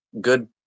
good